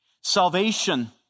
Salvation